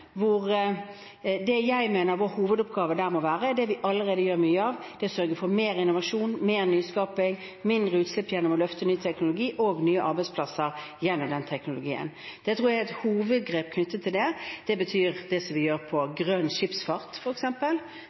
hvor jeg mener hovedoppgaven må være det vi allerede gjør mye av: sørge for mer innovasjon, mer nyskaping og mindre utslipp gjennom å løfte ny teknologi og nye arbeidsplasser ved hjelp av den teknologien. Jeg tror det er et hovedgrep knyttet til det, og det betyr det vi f.eks. gjør innenfor grønn skipsfart